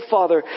Father